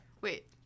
Wait